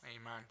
amen